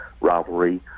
rivalry